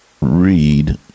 read